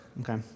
Okay